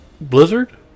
Blizzard